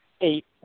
eight